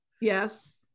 yes